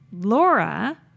Laura